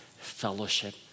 fellowship